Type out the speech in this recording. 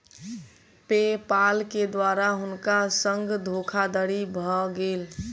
पे पाल के द्वारा हुनका संग धोखादड़ी भ गेल